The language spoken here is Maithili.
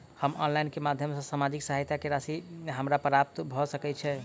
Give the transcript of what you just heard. हम ऑनलाइन केँ माध्यम सँ सामाजिक सहायता केँ राशि हमरा प्राप्त भऽ सकै छै?